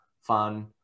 fun